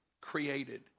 created